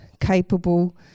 capable